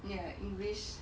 your english